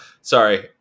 sorry